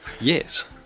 Yes